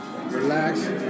relax